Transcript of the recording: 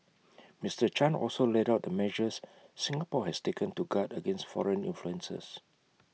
Mister chan also laid out the measures Singapore has taken to guard against foreign influences